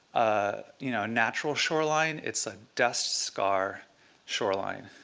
a you know natural shoreline, it's a dust scar shoreline,